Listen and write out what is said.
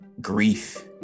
grief